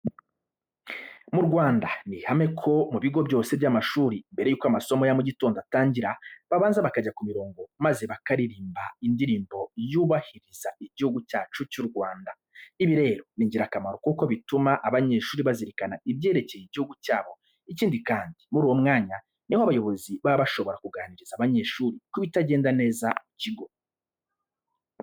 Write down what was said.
Mu Rwanda ni ihame ko mu bigo byose by'amashuri mbere yuko amasomo ya mu gitondo atangira babanza bakajya ku mirongo maze bakaririmba indirimbo yubahiriza Igihugu cyacu cy'u Rwanda. Ibi rero ni ingirakamaro kuko bituma abanyeshuri bazirikana ibyerekeye igihugu cyabo. Ikindi kandi muri uwo mwanya ni ho abayobozi baba bashobora kuganiriza abanyeshuri ku bitagenda neza mu kigo.